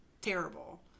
terrible